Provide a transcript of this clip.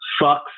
fucks